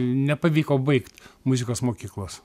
nepavyko baigt muzikos mokyklos